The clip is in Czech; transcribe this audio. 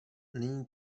není